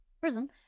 prison